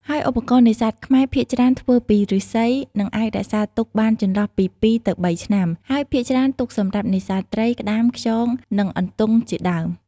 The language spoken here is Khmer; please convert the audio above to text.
ហើយឧបករណ៍នេសាទខ្មែរ ភាគច្រើនធ្វើពីឫស្សី និងអាចរក្សាទុកបានចន្លោះពីពីរទៅបីឆ្នាំ ហើយភាគច្រើនទុកសម្រាប់នេសាទត្រី ក្តាម ខ្យង និងអន្ទង់ជាដើម។